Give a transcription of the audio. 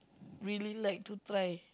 really like to try